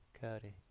Cody